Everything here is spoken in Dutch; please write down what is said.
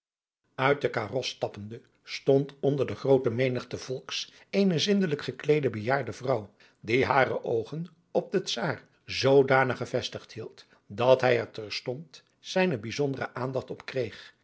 uit de karos stappende stond onder de groote menigte volks eene zindelijk gekleede bejaarde vrouw die hare oogen op den czaar zoodanig gevestigd hield dat hij er terstond zijne bijzondere aandacht op kreeg